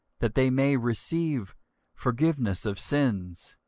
that they may receive forgiveness of sins,